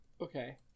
Okay